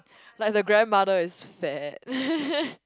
like the grandmother is fat